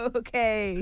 okay